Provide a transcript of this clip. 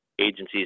agencies